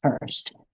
first